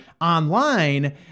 online